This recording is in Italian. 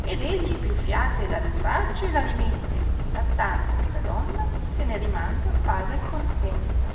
ed egli più fiate la ritragge e la rimette fino attanto che la donna se ne rimanga paga e contenta